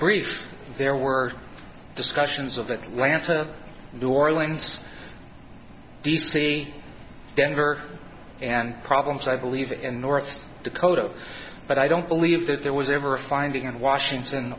brief there were discussions of atlanta new orleans d c denver and problems i believe in north dakota but i don't believe that there was ever a finding in washington